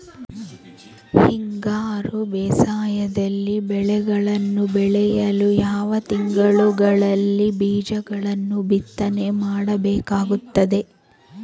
ಹಿಂಗಾರು ಬೇಸಾಯದಲ್ಲಿ ಬೆಳೆಗಳನ್ನು ಬೆಳೆಯಲು ಯಾವ ತಿಂಗಳುಗಳಲ್ಲಿ ಬೀಜಗಳನ್ನು ಬಿತ್ತನೆ ಮಾಡಬೇಕಾಗುತ್ತದೆ?